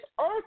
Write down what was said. earth